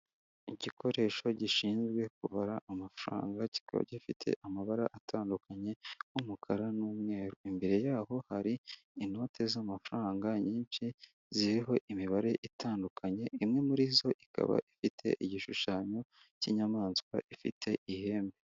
Igikoresho gishinzwe kubara amafaranga kikaba gifite amabara atandukanye nk'umukara n'umweru, imbere yaho hari inote z'amafaranga nyinshi ziriho imibare itandukanye, imwe muri zo ikaba ifite igishushanyo cy'inyamaswa ifite ihembe.